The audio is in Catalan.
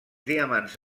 diamants